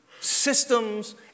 systems